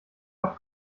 oft